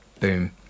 boom